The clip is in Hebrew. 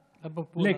לפופולרי.